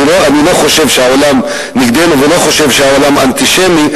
אני לא חושב שהעולם נגדנו ולא חושב שהעולם אנטישמי,